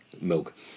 milk